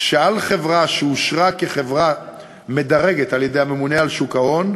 כשעל חברה שאושרה כחברה מדרגת על-ידי הממונה על שוק ההון,